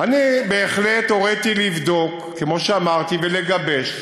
אני בהחלט הוריתי לבדוק, כמו שאמרתי, ולגבש